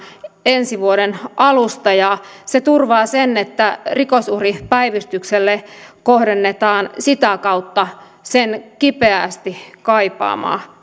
ensi vuoden alusta se turvaa sen että rikosuhripäivystykselle kohdennetaan sitä kautta sen kipeästi kaipaamaa